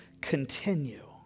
continue